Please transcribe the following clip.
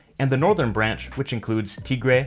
and the northern branch, which includes tigre,